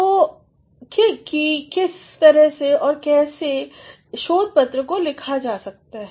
और कि कैसे और किस तरीके से एक शोध पत्र को लिखा जा सकता है